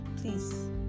please